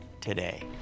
today